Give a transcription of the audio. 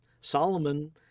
Solomon